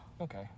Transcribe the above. Okay